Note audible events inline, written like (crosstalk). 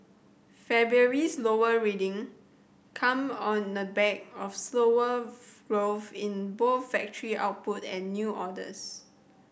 February's lower reading came on the back of slower (unintelligible) growth in both factory output and new orders